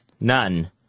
None